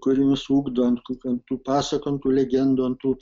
kuri mus ugdo ant ant tų pasakų ant tų legendų ant tų